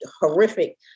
horrific